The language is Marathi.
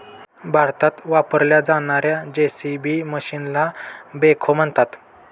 भारतात वापरल्या जाणार्या जे.सी.बी मशीनला बेखो म्हणतात